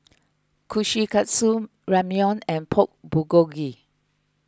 Kushikatsu Ramyeon and Pork Bulgogi